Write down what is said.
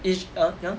it's err ya